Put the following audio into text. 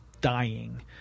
dying